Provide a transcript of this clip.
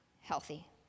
healthy